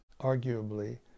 arguably